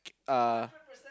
uh